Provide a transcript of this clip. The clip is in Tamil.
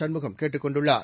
சண்முகம் கேட்டுக் கொண்டுள்ளார்